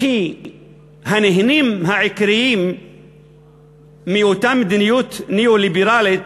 כי הנהנים העיקריים מאותה מדיניות ניאו-ליברלית